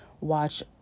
watch